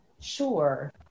sure